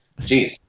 Jeez